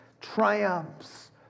triumphs